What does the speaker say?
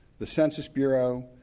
the census bureau,